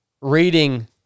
reading